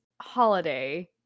holiday